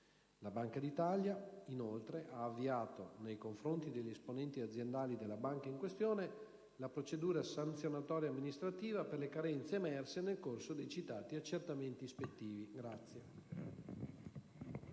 La Banca d'Italia, inoltre, ha avviato, nei confronti degli esponenti aziendali della banca in questione, la procedura sanzionatoria amministrativa per le carenze emerse nel corso dei citati accertamenti ispettivi.